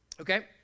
okay